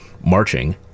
marching